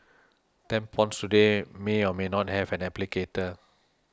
tampons today may or may not have an applicator